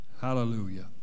Hallelujah